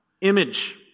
image